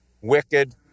Wicked